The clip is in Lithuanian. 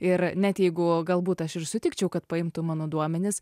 ir net jeigu galbūt aš ir sutikčiau kad paimtų mano duomenis